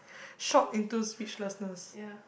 shock into speechlessness